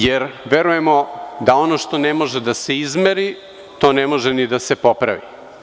Jer, verujemo da ono što ne može da se izmeri, to ne može ni da se popravi.